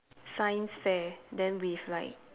science fair then with like